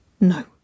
No